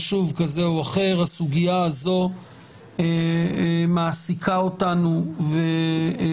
חשוב כזה או אחר, הסוגיה הזאת מעסיקה אותנו ומגיעה